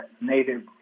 native